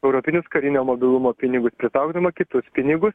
europinius karinio mobilumo pinigus pritraukdama kitus pinigus